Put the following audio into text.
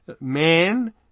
man